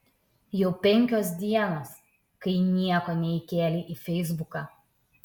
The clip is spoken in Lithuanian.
jau penkios dienos kai nieko neįkėlei į feisbuką